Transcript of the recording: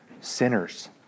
sinners